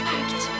act